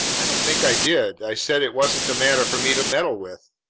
i don't think i did. i said it wasn't a matter for me to meddle with.